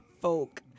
folk